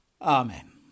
Amen